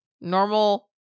normal